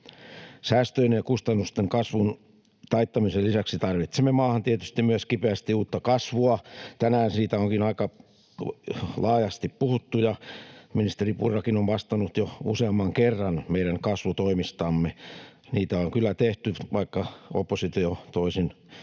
Säästöjen ja kustannusten kasvun taittamisen lisäksi tarvitsemme maahan tietysti myös kipeästi uutta kasvua. Tänään siitä onkin aika laajasti puhuttu, ja ministeri Purrakin on vastannut jo useamman kerran meidän kasvutoimistamme. Niitä on kyllä tehty, vaikka oppositio toisin